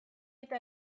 aita